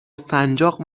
سنجاق